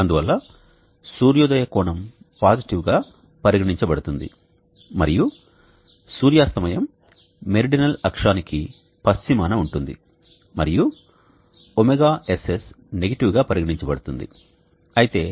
అందువల్ల సూర్యోదయ కోణం పాజిటివ్ గా పరిగణించబడుతుంది మరియు సూర్యాస్తమయం మెరిడినల్ అక్షానికి పశ్చిమాన ఉంటుంది మరియు ωSS నెగెటివ్ గా పరిగణించబడుతుంది అయితే